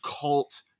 cult